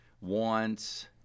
wants